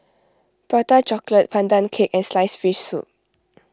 Prata Chocolate Pandan Cake and Sliced Fish Soup